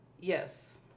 Yes